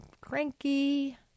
cranky